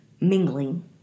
mingling